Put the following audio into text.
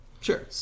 Sure